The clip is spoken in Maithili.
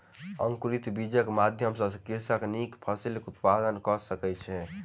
अंकुरित बीजक माध्यम सॅ कृषक नीक फसिलक उत्पादन कय सकै छै